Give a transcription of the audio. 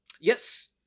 yes